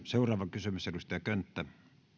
seuraava kysymys edustaja könttä